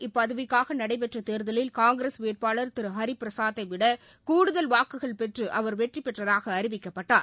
இப்பதவிக்காகநடைபெற்றதேர்தலில் மாநிலங்களவையில் காங்கிரஸ் வேட்பாளர் திருஹரிபிரசாத்தைவிடகூடுதல் வாக்குகள் பெற்றுஅவர் வெற்றிபெற்றதாகஅறிவிக்கப்பட்டார்